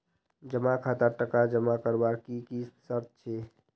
जमा खातात टका जमा करवार की की शर्त छे?